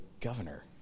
governor